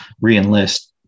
re-enlist